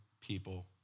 people